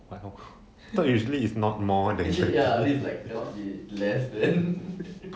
oh I thought usually if not more than